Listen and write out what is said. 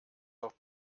doch